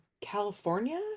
California